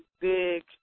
big